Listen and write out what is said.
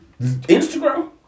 Instagram